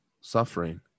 suffering